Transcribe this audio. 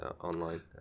Online